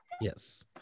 Yes